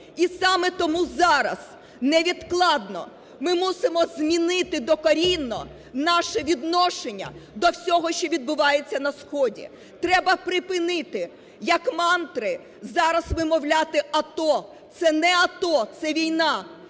І саме тому зараз невідкладно ми мусимо змінити докорінно наше відношення до всього, що відбувається на сході. Треба припинити як мантри зараз вимовляти "АТО". Це не АТО, це – війна.